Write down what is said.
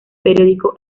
periódico